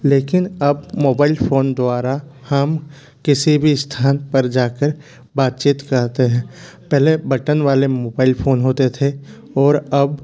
लेकिन अब mobile phone द्वारा हम किसी भी स्थान पर जाकर बातचीत करते हैं पहले बटन वाले मोबाइल फोन होते थे और अब